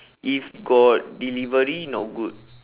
if got delivery not good